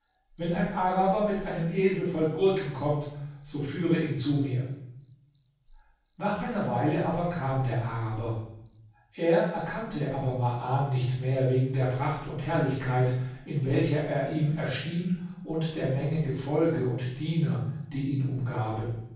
wenn ein araber mit einem esel voll gurken kommt so führe ihn zu mir nach einer weile aber kam der araber er erkannte aber maan nicht mehr wegen der pracht und herrlichkeit in welcher er ihm erschien und der menge gefolge und diener die ihn umgaben